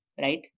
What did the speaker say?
right